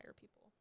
people